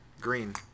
Green